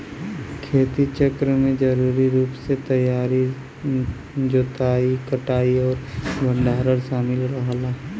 खेती चक्र में जरूरी रूप से तैयारी जोताई कटाई और भंडारण शामिल रहला